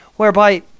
whereby